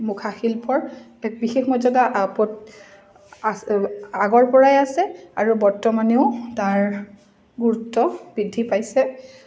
মুখা শিল্পৰ এক বিশেষ মৰ্যাদা আগৰ পৰাই আছে আৰু বৰ্তমানেও তাৰ গুৰুত্ব বৃদ্ধি পাইছে